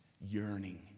yearning